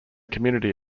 community